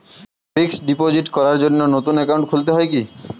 Fix deposit করার জন্য নতুন অ্যাকাউন্ট খুলতে হয় কী?